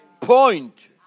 Point